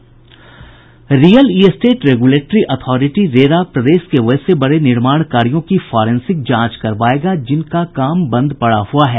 real estate regulatory authority RERA प्रदेश के वैसे बड़े निर्माण कार्यों की फॉरेंसिक जांच करावायेगा जिनका काम बंद पड़ा हुआ है